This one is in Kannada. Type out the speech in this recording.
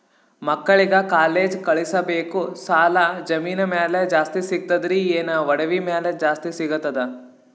ಮಕ್ಕಳಿಗ ಕಾಲೇಜ್ ಕಳಸಬೇಕು, ಸಾಲ ಜಮೀನ ಮ್ಯಾಲ ಜಾಸ್ತಿ ಸಿಗ್ತದ್ರಿ, ಏನ ಒಡವಿ ಮ್ಯಾಲ ಜಾಸ್ತಿ ಸಿಗತದ?